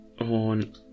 on